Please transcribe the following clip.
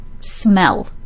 smell